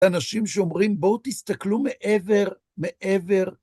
אנשים שאומרים בואו תסתכלו מעבר, מעבר.